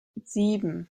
sieben